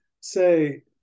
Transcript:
say